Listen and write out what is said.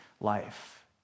life